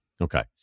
Okay